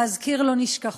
להזכיר לו נשכחות.